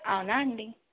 అవునా అండి